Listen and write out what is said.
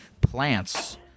plants